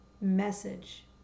message